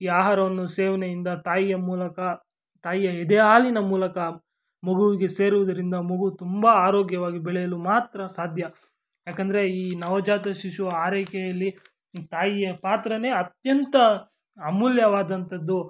ಈ ಆಹಾರವನ್ನು ಸೇವನೆಯಿಂದ ತಾಯಿಯ ಮೂಲಕ ತಾಯಿಯ ಎದೆಹಾಲಿನ ಮೂಲಕ ಮಗುವಿಗೆ ಸೇರುವುದರಿಂದ ಮಗು ತುಂಬ ಆರೋಗ್ಯವಾಗಿ ಬೆಳೆಯಲು ಮಾತ್ರ ಸಾಧ್ಯ ಏಕೆಂದ್ರೆ ಈ ನವಜಾತ ಶಿಶು ಆರೈಕೆಯಲ್ಲಿ ತಾಯಿಯ ಪಾತ್ರನೇ ಅತ್ಯಂತ ಅಮೂಲ್ಯವಾದಂಥದ್ದು